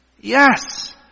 Yes